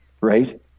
right